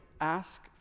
ask